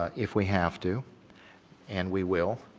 if we have to and we will,